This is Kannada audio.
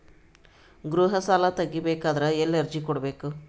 ಗೃಹ ಸಾಲಾ ತಗಿ ಬೇಕಾದರ ಎಲ್ಲಿ ಅರ್ಜಿ ಕೊಡಬೇಕು?